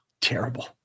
terrible